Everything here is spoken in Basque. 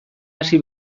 hasi